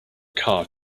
car